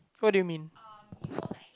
what do you mean